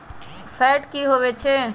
Fat की होवछै?